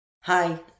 Hi